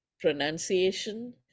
pronunciation